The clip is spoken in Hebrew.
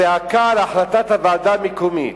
הזעקה על החלטת הוועדה המקומית,